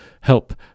help